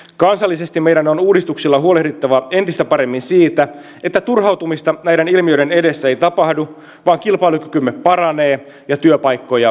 kansallisesti meidän on uudistuksilla huolehdittava entistä paremmin siitä että turhautumista näiden ilmiöiden edessä ei tapahdu vaan kilpailukykymme paranee ja työpaikkoja syntyy